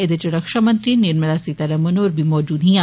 ऐदे च रक्षामंत्री निर्मला सीतारमण होर बी मौजूद हिया